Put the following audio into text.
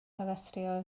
harestio